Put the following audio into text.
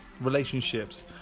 Relationships